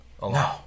No